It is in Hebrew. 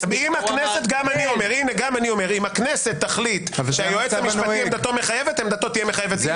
אם הכנסת תחליט שהיועץ המשפטי עמדתו מחייבת עמדתו תהיה מחייבת.